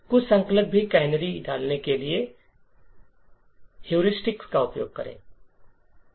कुछ संकलक भी कैनरी डालने के लिए हेरिस्टिक्स का उपयोग करें